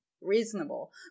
reasonable